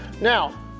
Now